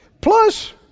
Plus